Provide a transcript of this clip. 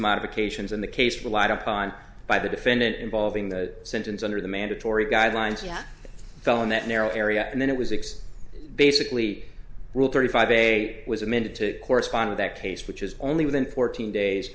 modifications in the case relied upon by the defendant involving the sentence under the mandatory guidelines that fell in that narrow area and then it was excess basically rule thirty five a was amended to correspond with that case which is only within fourteen days